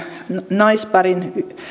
naisparin